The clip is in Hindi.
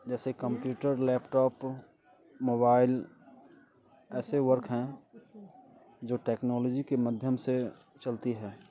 जैसे कंप्यूटर लैपटॉप मोबाइल ऐसे वर्क हैं जो टेक्नॉलोजी के माध्यम से चलती हैं